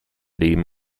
leben